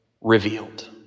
revealed